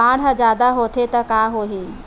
बाढ़ ह जादा होथे त का होही?